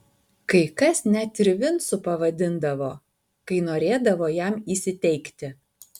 kai kas net ir vincu pavadindavo kai norėdavo jam įsiteikti